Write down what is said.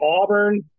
Auburn